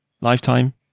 lifetime